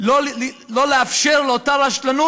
שלא לאפשר את אותה רשלנות,